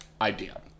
idea